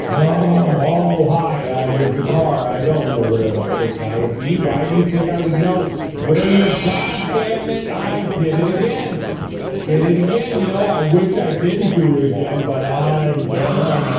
oh hi your guitar i don't know where the frick that would be why do you think i would know where your dammit i did it again did it again you know i wish i didn't do it again but i'm dead